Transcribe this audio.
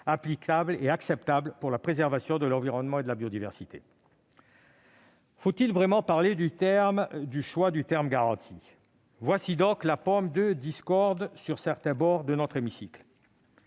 internationaux acceptables pour la préservation de l'environnement et de la biodiversité. Faut-il vraiment parler du choix du verbe « garantir »? Voilà donc la pomme de discorde sur certains bords de notre hémicycle.